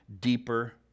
deeper